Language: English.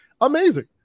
Amazing